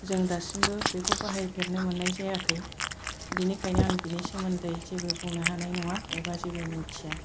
जों दासिमबो बेखौ बाहायफेरनो मोननाय जायाखै बिनिखायनो आं बिनि सोमोन्दै जेबो बुंनो हानाय नङा एबा जेबो मिन्थिया